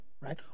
right